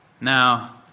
Now